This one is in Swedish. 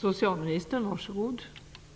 Fru talman! Jag tycker